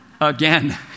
again